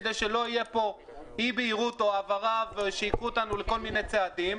כדי שלא תהיה פה אי בהירות ושייקחו אותנו לכל מיני צעדים,